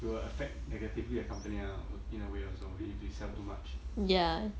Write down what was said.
it will affect negatively the company ah in a way also if they sell too much